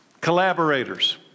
collaborators